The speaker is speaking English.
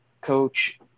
coach